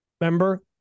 Remember